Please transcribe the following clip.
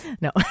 No